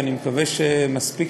ואני מקווה שנספיק,